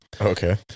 Okay